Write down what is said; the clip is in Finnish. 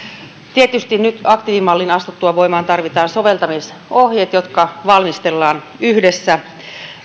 tietysti nyt aktiivimallin astuttua voimaan tarvitaan soveltamisohjeet jotka valmistellaan yhdessä